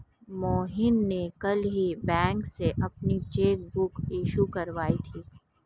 मोहन ने कल ही बैंक से अपनी चैक बुक इश्यू करवाई थी